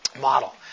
model